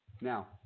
Now